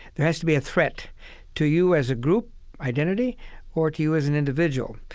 there has to be a threat to you as a group identity or to you as an individual.